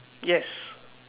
yes